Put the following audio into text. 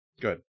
Good